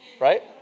right